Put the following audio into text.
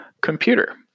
computer